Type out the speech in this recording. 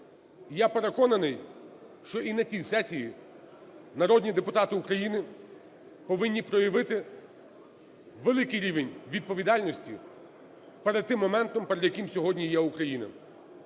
Я переконаний, що і на цій сесії народні депутати України повинні проявити великий рівень відповідальності перед тим моментом, перед яким сьогодні є Україна.